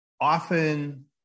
Often